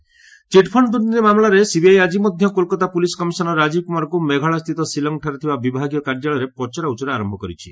CBI Kumar chit fund ଦୁର୍ନୀତି ମାମଲାରେ CBI ଆଜି ମଧ୍ୟ କୋଲକାତା ପୁଲିସ କମିଶନର ରାଜୀବ କୁମାରଙ୍କୁ ମେଘାଳୟସ୍ଥିତ ଶିଲଂଠାରେ ଥିବା ବିଭାଗୀୟ କାର୍ଯ୍ୟାଳୟରେ ପଚରାଉଚରା ଆରମ୍ଭ କରିଛି